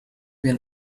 been